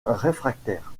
réfractaires